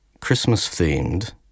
Christmas-themed